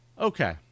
okay